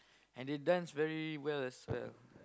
and they dance very well as well